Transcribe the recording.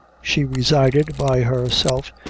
she resided by herself,